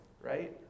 Right